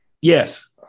Yes